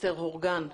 אסתר הורגן,